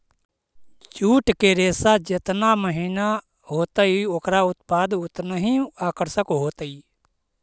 jute के रेशा जेतना महीन होतई, ओकरा उत्पाद उतनऽही आकर्षक होतई